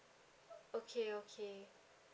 okay okay